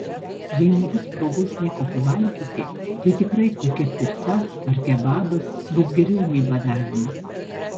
jei nebus progos nieko pavalgyti tai tikrai kokia pica ar kebabas bus geriau nei badavimas